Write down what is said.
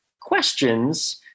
questions